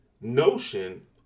notion